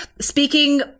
speaking